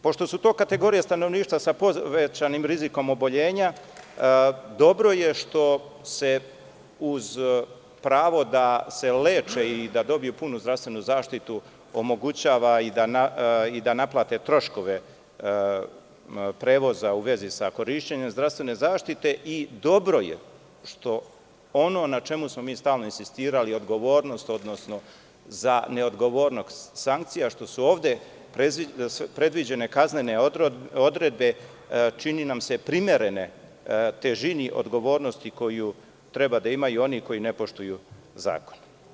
Pošto su to kategorije stanovništva sa povećanim rizikom oboljenja, dobro je što se uz pravo da se leče i da dobiju punu zdravstvenu zaštitu, omogućava i da naplate troškove prevoza u vezi sa korišćenjem zdravstvene zaštite i dobro je što, ono na čemu smo mi stalno insistirali, odgovornost, odnosno za ne odgovornost sankcija, što su ovde predviđene kaznene odredbe, čini nam se primerene težini odgovornosti koju treba da imaju koji ne poštuju zakon.